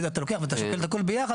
אתה לוקח ואתה שקול את הכל ביחד,